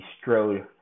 strode